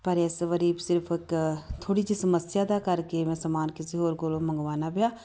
ਪਰ ਇਸ ਵਾਰ ਸਿਰਫ਼ ਇੱਕ ਥੋੜ੍ਹੀ ਜਿਹੀ ਸਮੱਸਿਆ ਦਾ ਕਰਕੇ ਮੈਂ ਸਮਾਨ ਕਿਸੇ ਹੋਰ ਕੋਲੋਂ ਮੰਗਵਾਉਣਾ ਪਿਆ